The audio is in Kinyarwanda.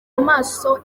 amaso